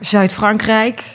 Zuid-Frankrijk